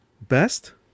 best